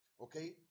okay